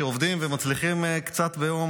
שעובדים ומצליחים קצת ביום,